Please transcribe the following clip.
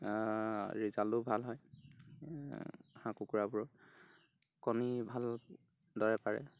ৰিজাল্টো ভাল হয় হাঁহ কুকুৰাবোৰৰ কণী ভালদৰে পাৰে